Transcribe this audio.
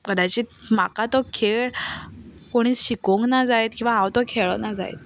कदाशीत म्हाका तो खेळ कोणी शिकोवंक ना किंवा हांव खेळना जायत